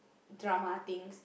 drama things